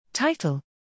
Title